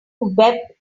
web